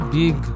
big